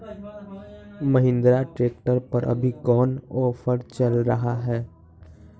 Mahindra tractor पर अभी कोन ऑफर चल रहा है?